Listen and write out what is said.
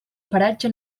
paratge